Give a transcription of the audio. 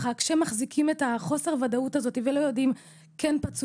כשמחזיקים את חוסר הוודאות הזו ולא יודעים אם פצוע,